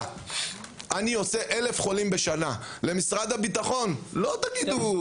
אני עושה אלף חולים בשנה למשרד הביטחון, לא תגידו